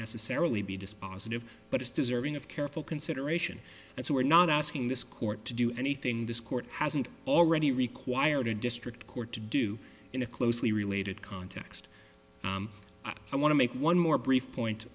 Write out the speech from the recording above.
necessarily be dispositive but it's deserving of careful consideration and so we're not asking this court to do anything this court hasn't already required a district court to do in a closely related context i want to make one more brief point